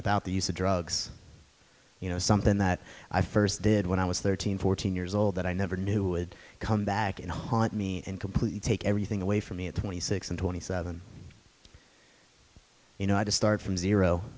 without the use of drugs you know something that i first did when i was thirteen fourteen years old that i never knew would come back and haunt me and completely take everything away from me at twenty six and twenty seven you know i did start from zero